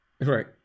Right